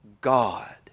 God